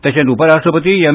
तशेंच उपरराष्ट्रपती एम